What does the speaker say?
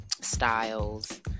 styles